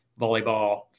volleyball